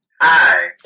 Hi